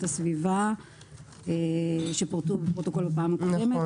הסביבה שפורטו בפרוטוקול בפעם הקודמת.